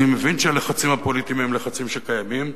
אני מבין שהלחצים הפוליטיים הם לחצים שקיימים,